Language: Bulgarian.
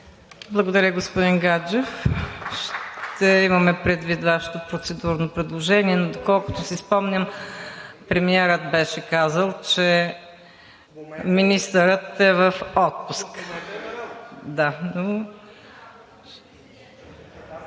Благодаря, господин Гаджев. Ще имаме предвид Вашето процедурно предложение. Но доколкото си спомням, премиерът беше казал, че министърът е в отпуск. ХРИСТО